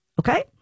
Okay